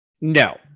No